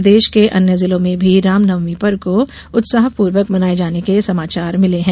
प्रदेश के अन्य जिलों से भी रामनवमी पर्व को उत्साहपूर्वक मनाये जाने के समाचार मिले है